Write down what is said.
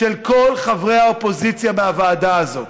של כל חברי האופוזיציה מהוועדה הזאת.